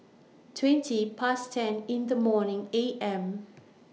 twenty Past ten in The morning A M